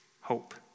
hope